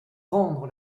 rendre